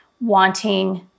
wanting